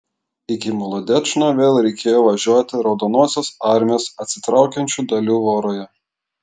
iki molodečno vėl reikėjo važiuoti raudonosios armijos atsitraukiančių dalių voroje